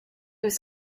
was